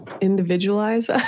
individualize